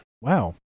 wow